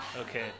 Okay